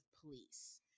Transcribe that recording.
police